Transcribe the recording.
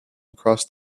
across